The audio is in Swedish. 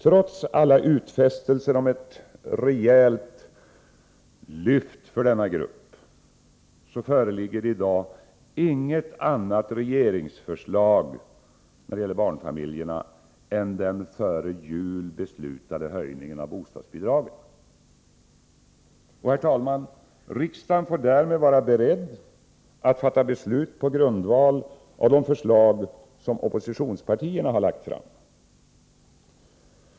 Trots alla utfästelser om ett rejält lyft för denna grupp, föreligger det i dag inget annat regeringsförslag när det gäller barnfamiljerna än den före jul beslutade höjningen av bostadsbidragen. Herr talman! Riksdagen får därmed vara beredd att fatta beslut på grundval av de förslag som oppositionspartierna har lagt fram.